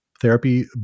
therapy